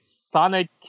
Sonic